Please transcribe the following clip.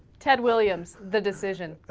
ted williams the decision